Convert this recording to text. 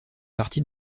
partie